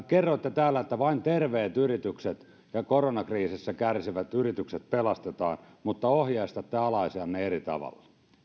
kerroitte täällä että vain terveet yritykset ja koronakriisissä kärsivät yritykset pelastetaan mutta ohjeistatte alaisianne eri tavalla